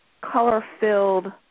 color-filled